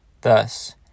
Thus